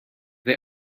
they